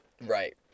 Right